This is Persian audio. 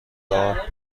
دارت